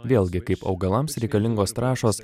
vėlgi kaip augalams reikalingos trąšos